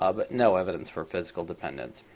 ah but no evidence for physical dependence.